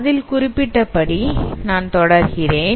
அதில் குறிப்பிட்டபடி நான் தொடர்கிறேன்